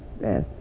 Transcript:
Yes